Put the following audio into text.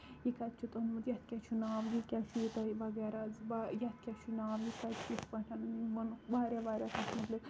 یہِ کِتہِ چھُتھ اونمُت یَتھ کیاہ چھُ ناو یہِ کیاہ یہِ تۄہہِ وغیرہ یَتھ کیاہ چھُ ناو یہِ کِتھ پٲٹھۍ ووٚنُکھ واریاہ واریاہ تَتھ مُتعلِق